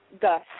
Gus